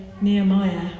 Nehemiah